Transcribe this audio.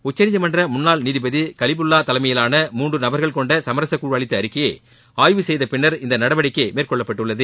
உச்சநீதிமன்ற முன்னாள் நீதிபதி கலிபுல்லா தலைமையிவான மூன்று நபர்கள் கொண்ட சமரச குழு அளித்த அறிக்கையை ஆய்வு செய்த பின்னா் இந்த நடவடிக்கை மேற்கொள்ளப்பட்டுள்ளது